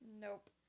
Nope